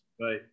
Right